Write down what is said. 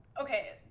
Okay